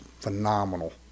phenomenal